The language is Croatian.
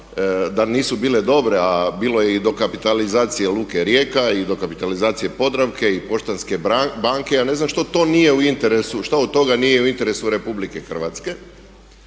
da nisu bile dobre a bilo je i dokapitalizacije Luke Rijeka i dokapitalizacije Podravke i Poštanske banke ja ne znam što od toga nije u interesu Republike Hrvatske?